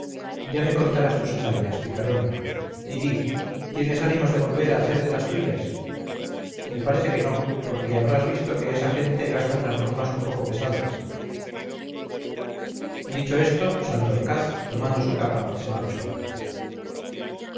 ya me contarás tus hazañas picarón y di tienes ánimos de volver a hacer de las tuyas me parece que no porque habrás visto que esa gente gasta unas bromas un poco pesadas dicho esto santorcaz tomando su capa se marchó